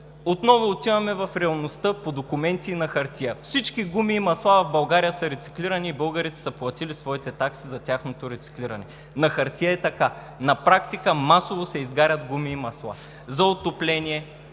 Отново отиваме в реалността – по документи и на хартия всички гуми и масла в България са рециклирани и българите са платили своите такси за тяхното рециклиране. На хартия е така, на практика масово се изгарят гуми и масла – за отопление,